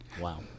Wow